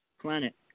planet